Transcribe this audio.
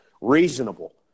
reasonable